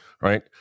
right